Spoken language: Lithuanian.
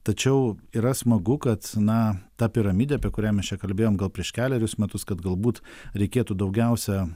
tačiau yra smagu kad na ta piramidė apie kurią mes čia kalbėjom gal prieš kelerius metus kad galbūt reikėtų daugiausia